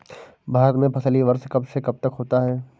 भारत में फसली वर्ष कब से कब तक होता है?